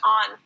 on